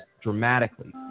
dramatically